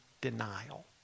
denial